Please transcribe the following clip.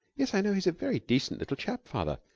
yes, i know he's a very decent little chap, father,